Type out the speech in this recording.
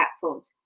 platforms